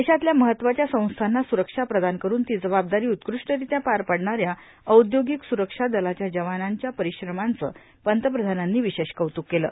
देशातल्या महत्वाच्या संस्थांना सुरक्षा प्रदान करून ती जबाबदारी उत्कृष्टरित्या पार पाडणाऱ्या औद्योगिक सुरक्षा दलाच्या जवानांच्या परिश्रमाचं पंतप्रधानांनी विशेष कौतुक केलं